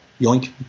yoink